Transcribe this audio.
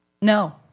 No